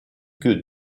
que